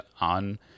on